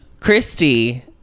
Christy